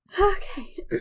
Okay